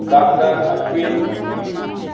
doctor Ashwin